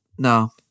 No